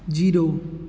zero